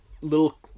little